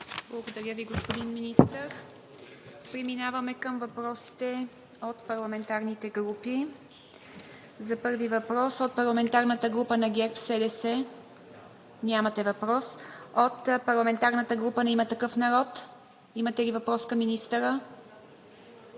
Благодаря Ви, господин Министър. Преминаваме към въпросите от парламентарните групи. За първи въпрос от парламентарната група на ГЕРБ-СДС? Нямате въпрос. От парламентарната група на „Има такъв народ“ имате ли въпрос към министъра?